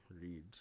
read